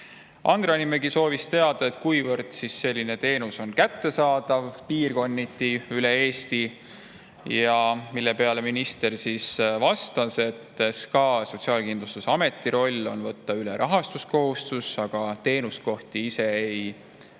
Andre Hanimägi soovis teada, kuivõrd selline teenus on kättesaadav piirkonniti üle Eesti. Selle peale minister vastas, et Sotsiaalkindlustusameti roll on võtta üle rahastuskohustus, aga ta teenuskohti ise ei